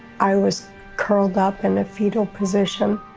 i was curled up. in the fetal position.